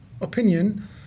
opinion